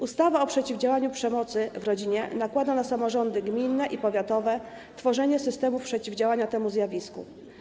Ustawa o przeciwdziałaniu przemocy w rodzinie nakłada na samorządy gminne i powiatowe obowiązek tworzenia systemów przeciwdziałania temu zjawisku.